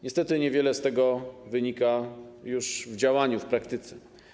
Niestety niewiele z tego wynika w działaniu, w praktyce.